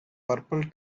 purple